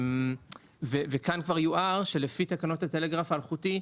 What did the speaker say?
כאן יוער שלפי תקנות הטלגרף האלחוטי,